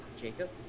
Jacob